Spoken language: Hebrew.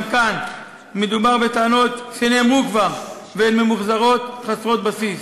גם כאן מדובר בטענות שנאמרו כבר והן ממוחזרות וחסרות בסיס.